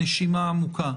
-- נשימה עמוקה.